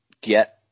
get